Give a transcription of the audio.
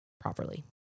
properly